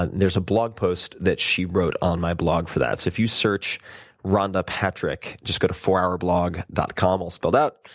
there's a blog post that she wrote on my blog for that. so if you search rhonda patrick, patrick, just go to fourhourblog dot com, all spelled out,